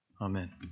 Amen